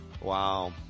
Wow